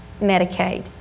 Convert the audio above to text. Medicaid